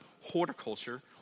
horticulture